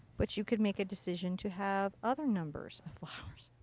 but you could make a decision to have other members of flowers.